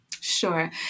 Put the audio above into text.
Sure